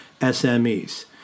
SMEs